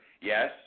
Yes